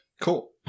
Cool